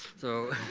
so